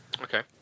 Okay